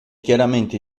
chiaramente